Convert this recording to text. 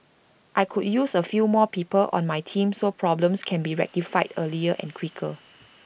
I could use A few more people on my team so problems can be rectified earlier and quicker